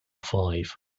five